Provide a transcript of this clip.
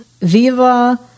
Viva